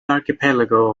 archipelago